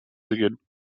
beginnen